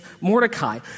Mordecai